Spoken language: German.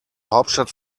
hauptstadt